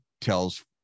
tells